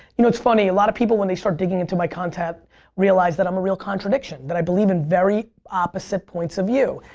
you know it's funny, a lot of people when they start digging into my content realize that i'm a real contradiction. that i believe in very opposite points of view.